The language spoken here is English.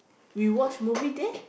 we watch movie there